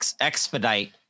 expedite